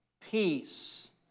peace